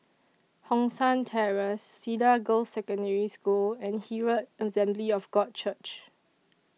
Hong San Terrace Cedar Girls' Secondary School and Herald Assembly of God Church